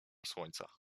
słońca